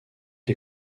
les